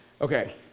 okay